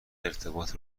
ارتباط